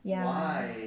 ya